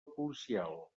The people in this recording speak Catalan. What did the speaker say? policial